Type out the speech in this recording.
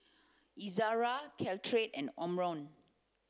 Ezerra Caltrate and Omron